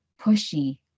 pushy